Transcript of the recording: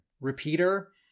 repeater